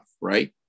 right